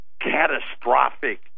catastrophic